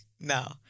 No